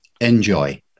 Enjoy